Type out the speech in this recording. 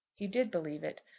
he did believe it.